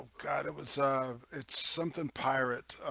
god that was it's something pirate